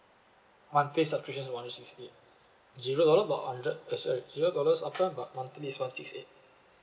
monthly subscription is one six eight zero dollar but hundred uh sorry zero dollar upfront but monthly is one six eight